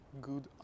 good